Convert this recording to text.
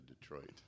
Detroit